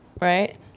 Right